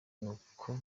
n’uko